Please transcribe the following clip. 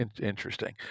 Interesting